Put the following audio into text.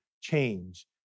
change